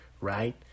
right